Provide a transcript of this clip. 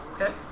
Okay